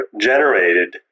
generated